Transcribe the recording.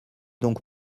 donc